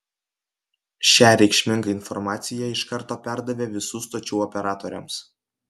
šią reikšmingą informaciją iš karto perdavė visų stočių operatoriams